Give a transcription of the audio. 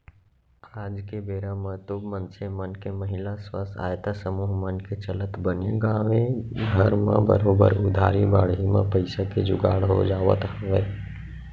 आज के बेरा म तो मनसे मन के महिला स्व सहायता समूह मन के चलत बने गाँवे घर म बरोबर उधारी बाड़ही म पइसा के जुगाड़ हो जावत हवय